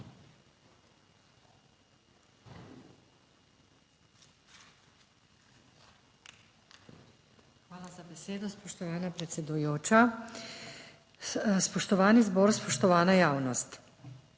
Hvala za besedo. Spoštovana predsedujoča, spoštovani zbor, spoštovana javnost.